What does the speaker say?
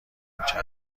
انچه